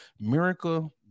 Miracle